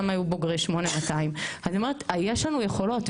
היו בוגרי 8200. אני אומרת יש לנו יכולות,